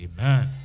Amen